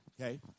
Okay